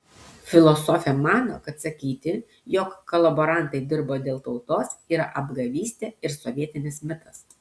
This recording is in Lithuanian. filosofė mano kad sakyti jog kolaborantai dirbo dėl tautos yra apgavystė ir sovietinis mitas